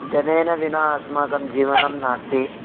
धनेन विना अस्माकं जीवनं नास्ति